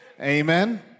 Amen